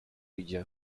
idzie